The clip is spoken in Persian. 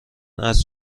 است